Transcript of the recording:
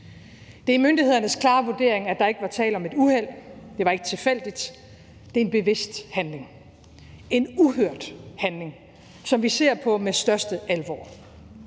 Det er myndighedernes klare vurdering, at det ikke var et uheld. Det var ikke tilfældigt. Det var en bevidst handling. En uhørt handling, som vi ser på med den største alvor,